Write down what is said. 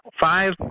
five